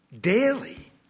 daily